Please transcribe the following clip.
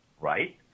right